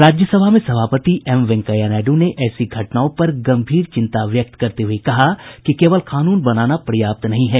राज्यसभा में सभापति एम वेंकैया नायडू ने ऐसी घटनाओं पर गंभीर चिंता व्यक्त करते हुए कहा कि केवल कानून बनाना पर्याप्त नहीं है